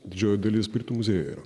didžioji dalis britų muziejuj yra